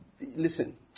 listen